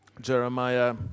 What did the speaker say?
Jeremiah